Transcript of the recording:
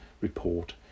report